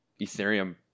Ethereum